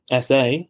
SA